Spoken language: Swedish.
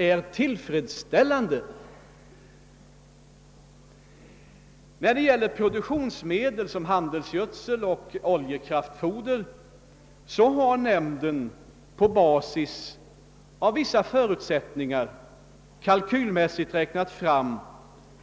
Vad beträffar sådana produktionsmedel som handelsgödsel och oljekraftfoder har nämnden på basis av vissa förutsättningar kalkylmässigt räknat fram